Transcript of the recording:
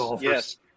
yes